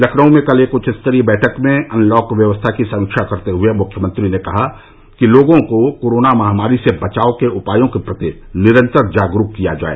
लखनऊ में कल एक उच्च स्तरीय बैठक में अनलॉक व्यवस्था की समीक्षा करते हुए मुख्यमंत्री ने कहा कि लोगों को कोरोना महामारी से बचाव के उपायों के प्रति निरन्तर जागरूक किया जाए